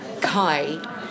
Kai